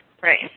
right